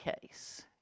case